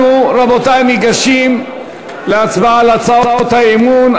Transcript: אנחנו, רבותי, ניגשים להצבעה על הצעות האי-אמון.